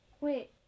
Wait